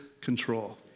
control